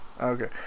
Okay